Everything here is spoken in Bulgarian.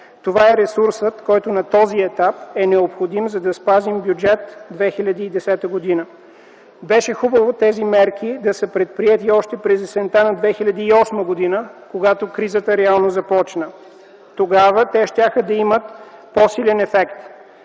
Това е ресурсът, който на този етап е необходим, за да спазим Бюджет 2010 г. Беше хубаво тези мерки да са предприети още през есента на 2008 г., когато кризата реално започна. Тогава те щяха да имат по-силен ефект.